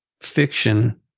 fiction